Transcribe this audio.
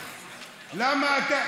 תראה מה השעה,